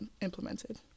implemented